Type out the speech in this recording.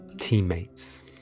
teammates